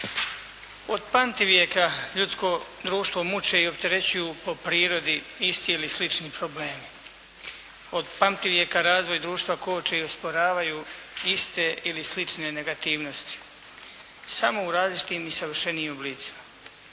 od pamtivijeka ljudsko društvo muče i opterećuju po prirodi isti ili slični problemi. Od pamtivijeka razvoj društva koče i osporavaju iste ili slične negativnosti. Samo u različitim i savršenijim oblicima.